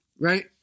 Right